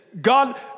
God